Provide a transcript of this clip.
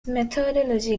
methodology